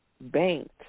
banked